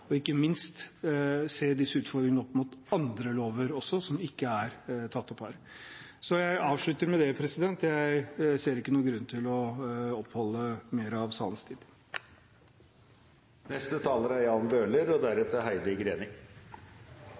og ikke minst se disse utfordringene også opp mot andre lover, som ikke er tatt opp her. Jeg avslutter med det. Jeg ser ikke noen grunn til å oppholde salen mer. Jeg vil takke saksordføreren for et grundig arbeid og